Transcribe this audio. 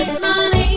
money